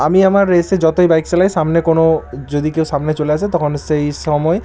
আমি আমার রেসে যতই বাইক চালাই সামনে কোনো যদি কেউ সামনে চলে আসে তখন সেই সময়